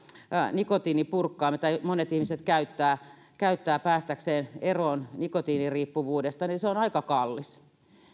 nikotiinipurkkaa mitä monet ihmiset käyttävät päästäkseen eroon nikotiiniriippuvuudesta niin se on aika kallis